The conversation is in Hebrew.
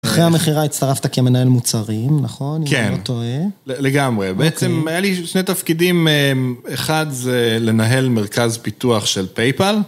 אחרי המכירה הצטרפת כמנהל מוצרים, נכון? כן. לא טועה? לגמרי. בעצם היה לי שני תפקידים, אחד זה לנהל מרכז פיתוח של פייפל.